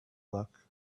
luck